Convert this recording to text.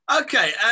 Okay